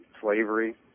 slavery